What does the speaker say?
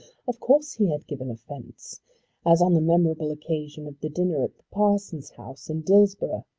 of course he had given offence as on the memorable occasion of the dinner at the parson's house in dillsborough.